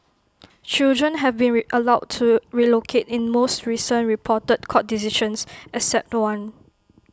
children have been allowed to relocate in most recent reported court decisions except one